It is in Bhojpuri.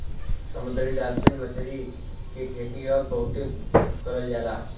समुंदरी डालफिन मछरी के खेती अब बहुते करल जाला